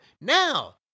now